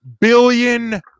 Billion